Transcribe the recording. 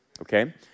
okay